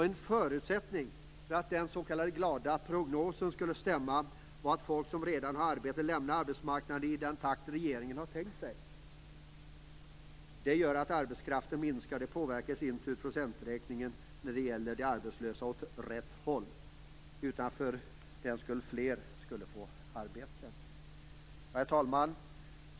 En förutsättning för att den s.k. glada prognosen skulle slå in är att folk som redan har ett arbete lämnar arbetsmarknaden i den takt regeringen har tänkt sig. Det gör att arbetskraften minskar, och det påverkar i sin tur procenträkningen när det gäller arbetslösheten åt rätt håll. Fler skulle få arbeten. Herr talman!